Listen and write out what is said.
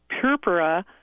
purpura